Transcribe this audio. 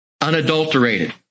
unadulterated